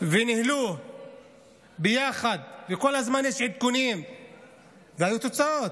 וניהלו ביחד, וכל הזמן היו עדכונים והיו תוצאות,